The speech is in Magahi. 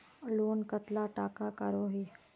लोन कतला टाका करोही?